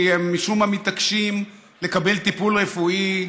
הם משום מה מתעקשים לקבל טיפול רפואי,